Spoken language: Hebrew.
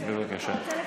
בבקשה.